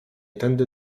tędy